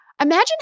Imagine